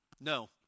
No